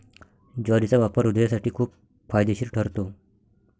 ज्वारीचा वापर हृदयासाठी खूप फायदेशीर ठरतो